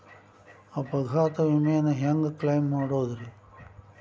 ಅಪಘಾತ ವಿಮೆನ ಹ್ಯಾಂಗ್ ಕ್ಲೈಂ ಮಾಡೋದ್ರಿ?